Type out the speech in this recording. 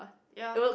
ya